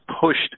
pushed